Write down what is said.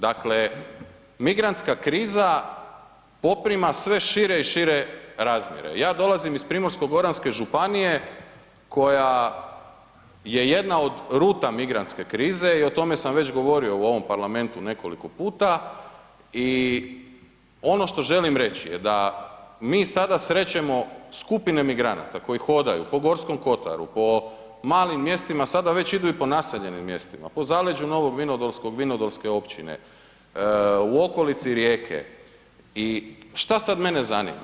Dakle, migrantska kriza poprima sve šire i šire razmjere, ja dolazim iz Primorsko-goranske županije koja je jedna od ruta migrantske krize i o tome sam već govorio u ovom parlamentu nekoliko puta i ono što želim reći je da mi sada srećemo skupine migranata koji hodaju po Gorskom kotaru po malim mjestima sada već idu i po naseljenim mjestima, po zaleđu Novog Vinodolskog, Vinodolske općine, u okolici Rijeke i šta sad mene zanima.